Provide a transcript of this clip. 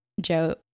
Joe